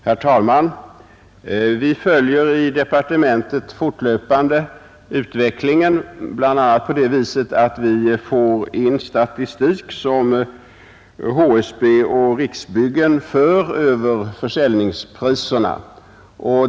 Herr talman! Vi följer i departementet fortlöpande utvecklingen, bl.a. på det sättet att vi får in statistik som HSB och Riksbyggen för över försäljningspriserna.